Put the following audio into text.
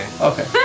Okay